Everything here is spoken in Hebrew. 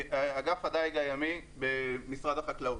מאגף הדייג הימי במשרד החקלאות.